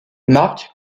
mark